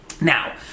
Now